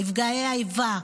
בנפגעי איבה,